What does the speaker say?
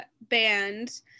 band